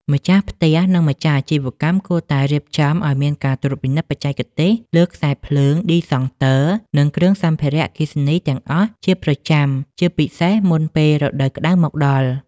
ម្ចាស់ផ្ទះ និងម្ចាស់អាជីវកម្មគួរតែរៀបចំឱ្យមានការត្រួតពិនិត្យបច្ចេកទេសលើខ្សែភ្លើង ឌីសង់ទ័រ និងគ្រឿងសម្ភារៈអគ្គិសនីទាំងអស់ជាប្រចាំ ជាពិសេសមុនពេលរដូវក្ដៅមកដល់។